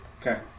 Okay